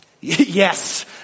Yes